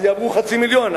אז יעברו חצי מיליון.